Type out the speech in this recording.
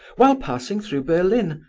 while passing through berlin,